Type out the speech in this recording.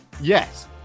Yes